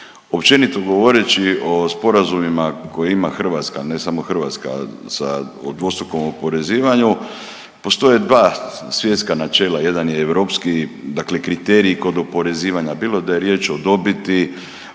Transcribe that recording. Općenito govoreći o sporazumima koje ima Hrvatska, a ne samo Hrvatska sa dvostrukom oporezivanju postoje dva svjetska načela, jedan je europski dakle kriterij kod oporezivanja bilo da je riječ o dobiti